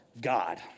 God